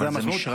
אבל זה מישרקי?